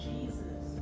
Jesus